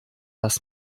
lass